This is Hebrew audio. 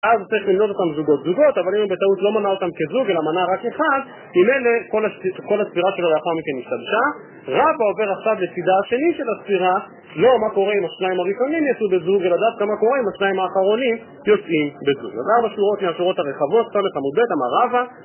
אז צריך למנות אותם זוגות-זוגות, אבל אם הם בטעות לא מנה אותם כזוג, אלא מנה רק אחד עם אלה כל הספירה שלו לאחר מכן השתבשה רבא עובר עכשיו לצדה השני של הספירה לא מה קורה עם השניים הראשונים, יצאו בזוג, אלא דווקא מה קורה עם השניים האחרונים יוצאים בזוג. אז ארבע שורות מהשורות הרחבות, סודת, עמודת, המרבה